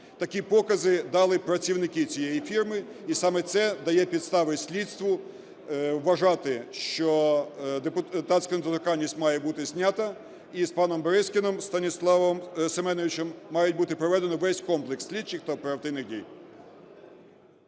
Такі покази дали працівники цієї фірми, і саме це дає підстави слідству вважати, що депутатська недоторканність має бути знята, і з паном Березкіном Станіславом Семеновичем має бути проведений весь комплекс слідчих та оперативних дій.